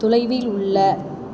தொலைவில் உள்ள